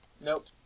Nope